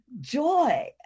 joy